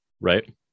right